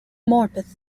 morpeth